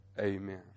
amen